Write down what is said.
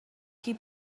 qui